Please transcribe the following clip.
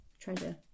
treasure